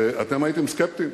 אתם הייתם סקפטיים.